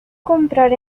comprar